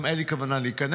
גם אין לי כוונה להיכנס,